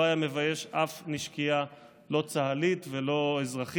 לא היו מביישים אף נשקייה, לא צה"לית ולא אזרחית.